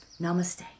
Namaste